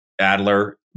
Adler